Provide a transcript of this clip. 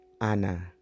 Anna